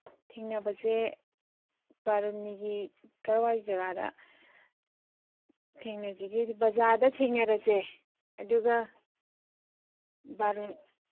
ꯊꯦꯡꯅꯕꯁꯦ ꯕꯥꯔꯨꯅꯤꯒꯤ ꯀꯔꯥꯏꯋꯥꯏ ꯖꯒꯥꯗ ꯊꯦꯡꯅꯁꯤꯒꯦ ꯕꯖꯥꯔꯗ ꯊꯦꯡꯅꯔꯁꯦ ꯑꯗꯨꯒ